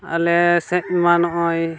ᱟᱞᱮ ᱥᱮᱫ ᱢᱟ ᱱᱚᱜᱼᱚᱭ